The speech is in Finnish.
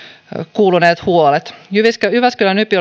kuuluneet huolet jyväskylän jyväskylän